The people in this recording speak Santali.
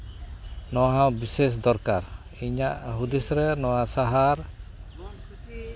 ᱱᱚᱣᱟ ᱦᱚᱸ ᱵᱤᱥᱮᱥ ᱫᱚᱨᱠᱟᱨ ᱤᱧᱟᱹᱜ ᱦᱩᱫᱤᱥ ᱨᱮ ᱱᱚᱣᱟ ᱥᱟᱦᱟᱨ